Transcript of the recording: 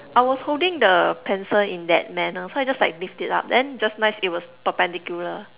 I was holding the pencil in that manner so I just like lift it up then just nice it was perpendicular